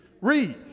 Read